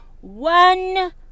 one